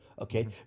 okay